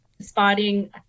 spotting